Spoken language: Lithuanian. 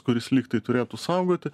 kuris lyg tai turėtų saugoti